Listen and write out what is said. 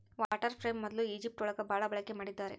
water frame ಮೊದ್ಲು Egypt ಒಳಗ ಭಾಳ ಬಳಕೆ ಮಾಡಿದ್ದಾರೆ